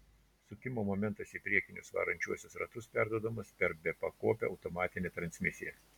sukimo momentas į priekinius varančiuosius ratus perduodamas per bepakopę automatinę transmisiją